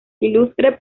ilustre